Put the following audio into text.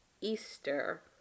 Easter